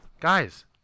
Guys